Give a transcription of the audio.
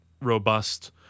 robust